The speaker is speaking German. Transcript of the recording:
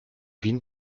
wien